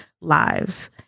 lives